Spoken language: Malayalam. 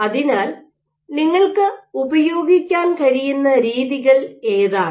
അതിനാൽ നിങ്ങൾക്ക് ഉപയോഗിക്കാൻ കഴിയുന്ന രീതികൾ ഏതാണ്